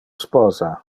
sposa